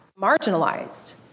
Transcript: marginalized